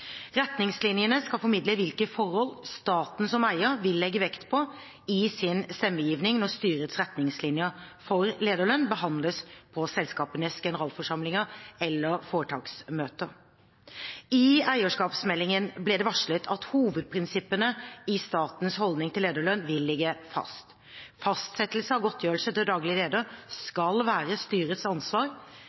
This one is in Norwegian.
Retningslinjene skal formidle hvilke forhold staten som eier vil legge vekt på i sin stemmegivning når styrets retningslinjer for lederlønn behandles på selskapenes generalforsamlinger eller foretaksmøter. I eierskapsmeldingen ble det varslet at hovedprinsippene i statens holdning til lederlønn vil ligge fast: Fastsettelse av godtgjørelse til daglig leder skal være styrets ansvar,